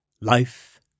Life